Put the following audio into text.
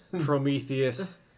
Prometheus